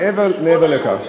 לא רק במצוקה.